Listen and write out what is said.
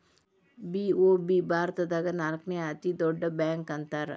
BOB ಭಾರತದಾಗ ನಾಲ್ಕನೇ ಅತೇ ದೊಡ್ಡ ಬ್ಯಾಂಕ ಅಂತಾರ